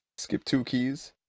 skip two keys.